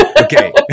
Okay